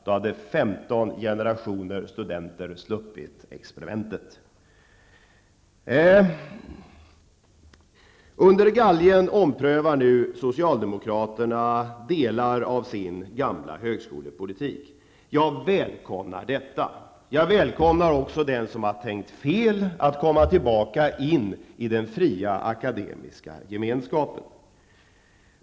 Då hade 15 generationer studenter sluppit experimentet. Under galgen omprövar nu socialdemokraterna delar av sin gamla högskolepolitik. Jag välkomnar detta. Jag välkomnar också den som har tänkt fel att komma tillbaka in i den fria akademiska gemenskapen.